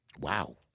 wow